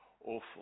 awful